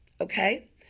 okay